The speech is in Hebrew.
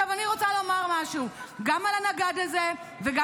עכשיו אני רוצה לומר משהו גם על הנגד הזה וגם